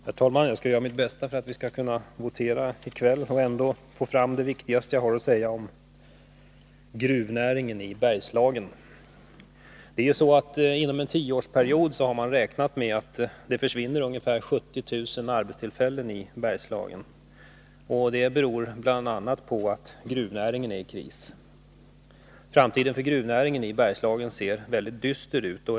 Herr talman! Jag skall göra mitt bästa för att vi skall kunna votera i kväll och ändå få fram det viktigaste jag har att säga om gruvnäringen i Bergslagen. Man har räknat med att det inom en tioårsperiod försvinner ungefär 70 000 arbetstillfällen i Bergslagen. Det beror bl.a. på att gruvnäringen är i kris. Framtiden för gruvnäringen i Bergslagen ser mycket dyster ut.